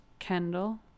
Kendall